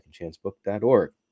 secondchancebook.org